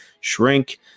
shrink